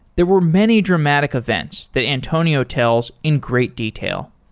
there were many dramatic events that antonio tells in great detail.